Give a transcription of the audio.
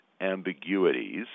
ambiguities